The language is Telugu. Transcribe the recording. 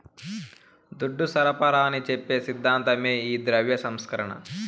దుడ్డు సరఫరాని చెప్పి సిద్ధాంతమే ఈ ద్రవ్య సంస్కరణ